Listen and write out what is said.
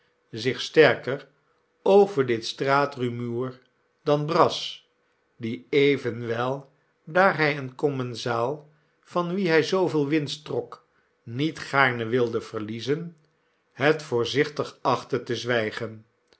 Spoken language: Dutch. zich sterker over dit straatrumoer dan brass die evenwel daar hij een commensaal van wien hij zooveel winst trok niet gaarne wilde verliezen het voorzichtig achtte te zwijgen